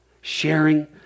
sharing